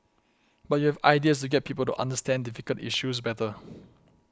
but you have ideas to get people to understand difficult issues better